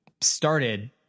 started